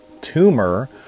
tumor